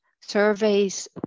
surveys